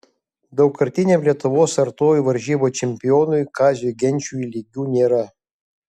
daugkartiniam lietuvos artojų varžybų čempionui kaziui genčiui lygių nėra